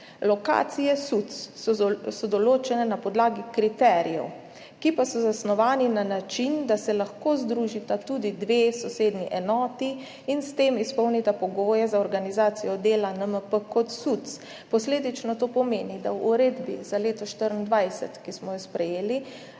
Lokacije SUC so določene na podlagi kriterijev, ki pa so zasnovani na način, da se lahko združita tudi dve sosednji enoti in s tem izpolnita pogoje za organizacijo dela NMP kot SUC. Posledično to pomeni, da v uredbi za leto 2024, ki smo jo sprejeli,